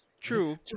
true